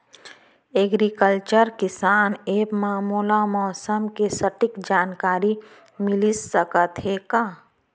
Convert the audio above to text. Agriculture किसान app मा मोला मौसम के सटीक जानकारी मिलिस सकत हे का?